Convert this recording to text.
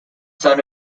son